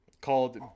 called